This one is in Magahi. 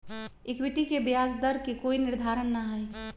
इक्विटी के ब्याज दर के कोई निर्धारण ना हई